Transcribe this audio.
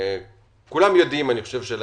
אני חושב שזה